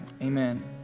Amen